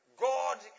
God